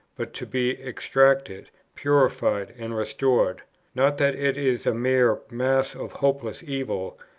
but to be extricated, purified, and restored not, that it is a mere mass of hopeless evil,